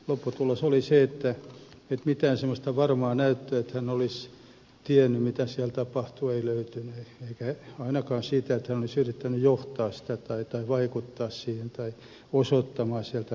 lopputulos oli se että mitään semmoista varmaa näyttöä että hän olisi tiennyt mitä siellä tapahtui ei löytynyt eikä ainakaan sitä että hän olisi yrittänyt johtaa sitä tai vaikuttaa siihen tai osoittaa sieltä vaalitukea